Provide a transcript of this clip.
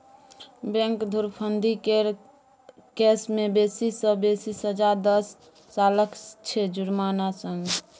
bank धुरफंदी केर case मे बेसी सँ बेसी सजा दस सालक छै जुर्माना संग